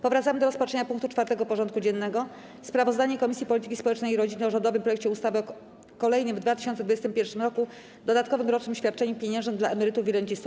Powracamy do rozpatrzenia punktu 4. porządku dziennego: Sprawozdanie Komisji Polityki Społecznej i Rodziny o rządowym projekcie ustawy o kolejnym w 2021 r. dodatkowym rocznym świadczeniu pieniężnym dla emerytów i rencistów.